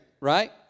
right